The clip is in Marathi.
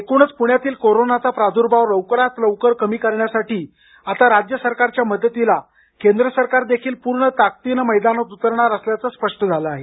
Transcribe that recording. एकूणच पुण्यातील कोरोनाचा प्रादुर्भाव लवकरात लवकर कमी करण्यासाठी आता राज्य सरकारच्या मदतीला केंद्र सरकार देखील पूर्ण ताकदीनं मैदानात उतरणार असल्याचं स्पष्ट झालं आहे